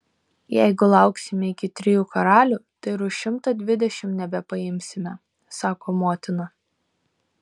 jeigu lauksime iki trijų karalių tai ir už šimtą dvidešimt nebepaimsime sako motina